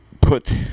put